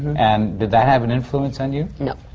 and did that have an influence on you? no.